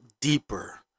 deeper